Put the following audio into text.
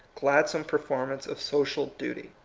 gladsome per formance of social duty.